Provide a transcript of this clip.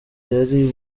yari